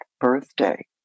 birthday